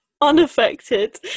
Unaffected